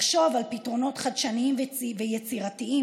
לחשוב על פתרונות חדשניים ויצירתיים